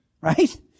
right